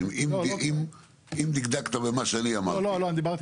אם דקדקת במה שאני אמרתי.